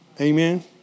Amen